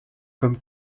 comme